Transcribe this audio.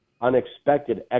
unexpected